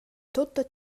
tutta